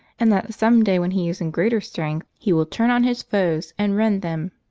and that some day when he is in greater strength he will turn on his foes and rend them,